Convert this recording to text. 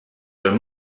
her